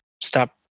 stop